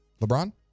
LeBron